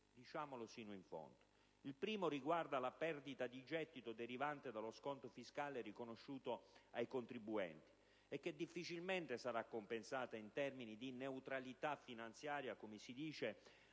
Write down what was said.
almeno due problemi. Il primo riguarda la perdita di gettito derivante dallo sconto fiscale riconosciuto ai contribuenti e che difficilmente sarà compensata, in termini di neutralità finanziaria, dall'ipotesi